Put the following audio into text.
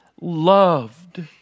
loved